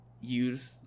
use